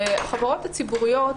החברות הציבוריות,